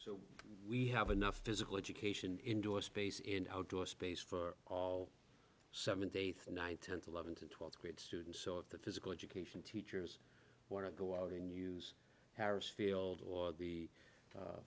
do we have enough physical education indoor space in outdoor space for all seventh eighth ninth tenth eleven to twelve students so if the physical education teachers want to go out and use harris field or the